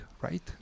right